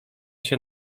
się